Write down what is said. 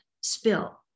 spill